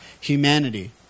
humanity